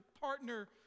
partner